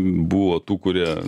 buvo tų kurie